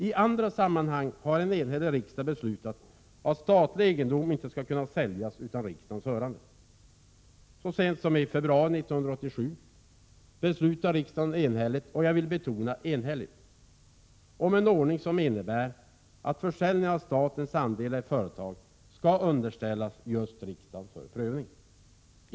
I andra sammanhang har en enhällig riksdag beslutat att statlig egendom inte skall kunna säljas utan riksdagens hörande. Så sent som i februari 1987 beslutade riksdagen enhälligt om en ordning som innebär att försäljning av statens andelar i företag skall underställas just riksdagens prövning.